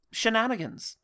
shenanigans